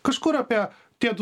kažkur apie tiedu